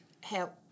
help